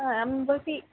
হ্যাঁ আমি বলছি